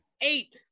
eight